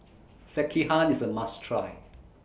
Sekihan IS A must Try